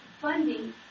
funding